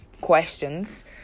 questions